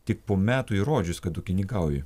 tik po metų įrodžius kad ūkininkauji